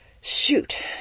Shoot